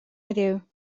heddiw